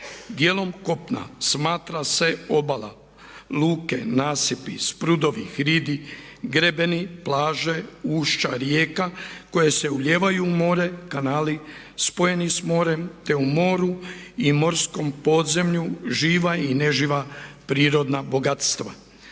Dijelom kopna smatra se obala, luke, nasipi, sprudovi, hridi, grebeni, plaže, ušća rijeka koje se ulijevaju u more, kanali spojeni s morem te u moru i morskom podzemlju živa i neživa prirodna bogatstva.